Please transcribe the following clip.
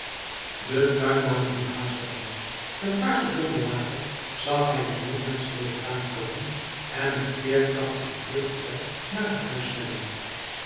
de tuinman liep haastig heen een paar seconden later zag hij een jongmensch door den tuin komen en met veerkrachtigen vluggen tred naar het huis snellen